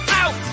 out